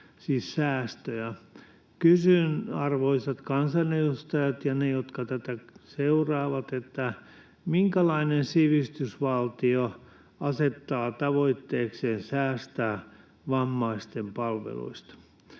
siis säästöjä. Kysyn, arvoisat kansanedustajat ja ne, jotka tätä seuraavat: minkälainen sivistysvaltio asettaa tavoitteekseen säästää vammaisten palveluista?